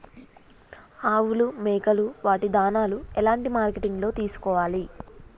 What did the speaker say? ఆవులు మేకలు వాటి దాణాలు ఎలాంటి మార్కెటింగ్ లో తీసుకోవాలి?